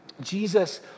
jesus